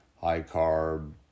high-carb